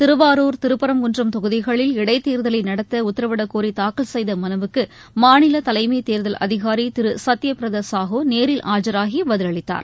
திருவாரூர் திருப்பரங்குன்றம் தொகுதிகளில் இடைத்தேர்தலை நடத்த உத்தரவிடக்கோரி தாக்கல் செய்த மனுவுக்கு மாநில தலைமை தேர்தல் அதிகாரி திரு சுத்ய பிரத சாஹூ நேரில் ஆஐராகி பதிலளித்தார்